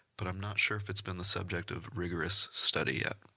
but i'm not sure if it's been the subject of rigorous study yet.